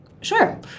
Sure